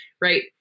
Right